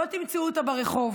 לא תמצאו אותה ברחוב